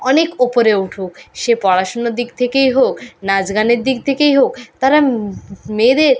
অনেক ওপরে উঠুক সে পড়াশশোনার দিক থেকেই হোক নাচ গানের দিক থেকেই হোক তারা মেয়েদের